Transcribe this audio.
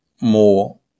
more